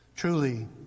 Truly